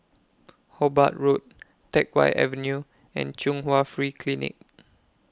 Hobart Road Teck Whye Avenue and Chung Hwa Free Clinic